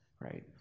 right